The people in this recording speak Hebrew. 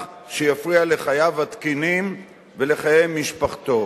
שיפריע לחייו התקינים ולחיי משפחתו,